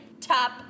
top